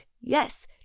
Yes